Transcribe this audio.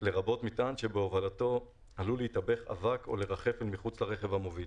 לרבות מטען שבהובלתו עלול להתאבך אבק או לרחף אל מחוץ לרכב המוביל,